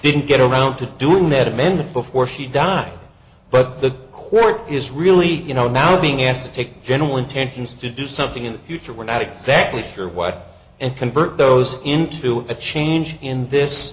didn't get around to doing that amended before she died but the court is really you know now being asked to take general intentions to do something in the future we're not exactly sure what and convert those into a change in this